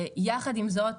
יחד עם זאת,